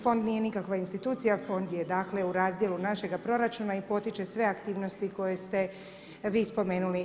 Fond nije nikakva institucija, fond je dakle u razdjelu našega proračuna i potiče sve aktivnosti koje ste vi spomenuli.